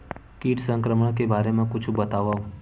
कीट संक्रमण के बारे म कुछु बतावव?